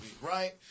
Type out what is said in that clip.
right